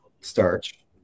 starch